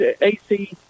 AC